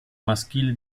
maschile